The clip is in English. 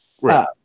Right